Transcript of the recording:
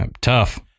tough